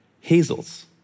hazels